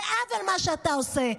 זה עוול, מה שאתה עושה.